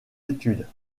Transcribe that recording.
études